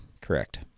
Correct